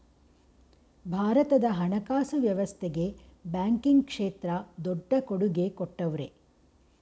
ಭಾರತದ ಹಣಕಾಸು ವ್ಯವಸ್ಥೆಗೆ ಬ್ಯಾಂಕಿಂಗ್ ಕ್ಷೇತ್ರ ದೊಡ್ಡ ಕೊಡುಗೆ ಕೊಟ್ಟವ್ರೆ